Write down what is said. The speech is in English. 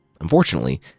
Unfortunately